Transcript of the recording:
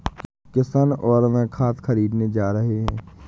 किशन और मैं खाद खरीदने जा रहे हैं